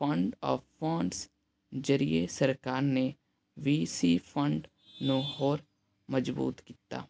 fund of funds ਜ਼ਰੀਏ ਸਰਕਾਰ ਨੇ ਵੀ ਸੀ ਫੰਡ ਨੂੰ ਹੋਰ ਮਜ਼ਬੂਤ ਕੀਤਾ